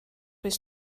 was